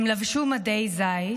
הם לבשו מדי זית,